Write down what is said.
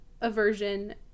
aversion